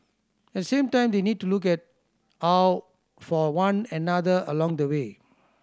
at the same time they need to look at out for one another along the way